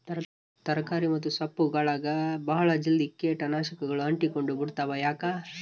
ತರಕಾರಿ ಮತ್ತು ಸೊಪ್ಪುಗಳಗೆ ಬಹಳ ಜಲ್ದಿ ಕೇಟ ನಾಶಕಗಳು ಅಂಟಿಕೊಂಡ ಬಿಡ್ತವಾ ಯಾಕೆ?